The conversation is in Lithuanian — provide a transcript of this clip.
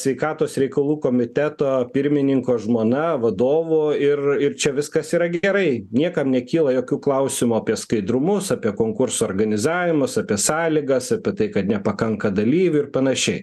sveikatos reikalų komiteto pirmininko žmona vadovo ir ir čia viskas yra gerai niekam nekyla jokių klausimų apie skaidrumus apie konkurso organizavimus apie sąlygas apie tai kad nepakanka dalyvių ir panašiai